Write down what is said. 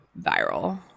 viral